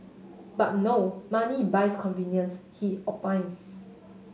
but no money buys convenience he opines